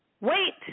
Wait